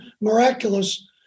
miraculous